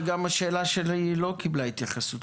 וגם השאלה שלי לא קיבלה התייחסות.